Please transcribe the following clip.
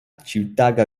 ĉiutaga